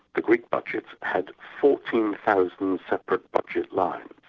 ah greek budget had fourteen thousand separate budget lines,